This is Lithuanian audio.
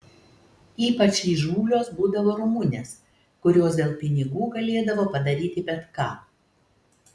ypač įžūlios būdavo rumunės kurios dėl pinigų galėdavo padaryti bet ką